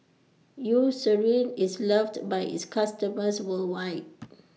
Eucerin IS loved By its customers worldwide